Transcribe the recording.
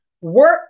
work